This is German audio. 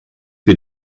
wir